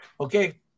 Okay